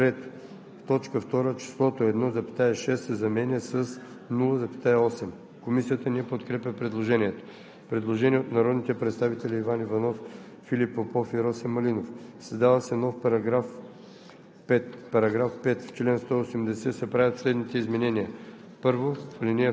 В т. 1 числото „2,3“ се заменя с „1,0“. 3. В т. 2 числото „1,6“ се заменя с „0,8“.“ Комисията не подкрепя предложението. Предложение от народните представители Иван Иванов, Филип Попов и Росен Малинов: „Създава се нов §